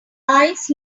eyes